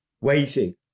waiting